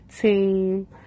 team